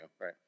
right